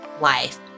life